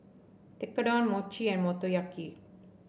Tekkadon Mochi and Motoyaki